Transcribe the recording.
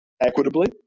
equitably